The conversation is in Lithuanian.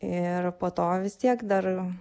ir po to vis tiek dar